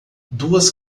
duas